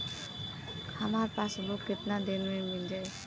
हमार पासबुक कितना दिन में मील जाई?